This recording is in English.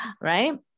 right